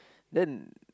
then